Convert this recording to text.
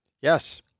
Yes